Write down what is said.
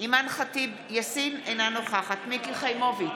אימאן ח'טיב יאסין, אינה נוכחת מיקי חיימוביץ'